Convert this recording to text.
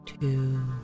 two